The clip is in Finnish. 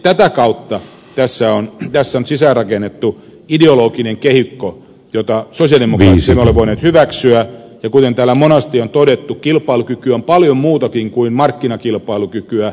tätä kautta tässä on nyt sisäänrakennettu ideologinen kehikko jota me sosialidemokraatit emme ole voineet hyväksyä ja kuten täällä monasti on todettu kilpailukyky on paljon muutakin kuin markkinakilpailukykyä